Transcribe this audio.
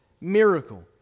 miracle